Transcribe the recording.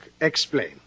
explain